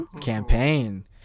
campaign